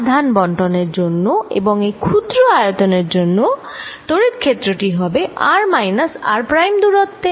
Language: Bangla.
এই আধান বন্টনের জন্য এবং এই ক্ষুদ্র আয়তন এর জন্য তড়িৎ ক্ষেত্র টি হবে r মাইনাস r প্রাইম দূরত্বে